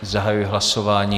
Zahajuji hlasování.